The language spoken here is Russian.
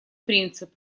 принцип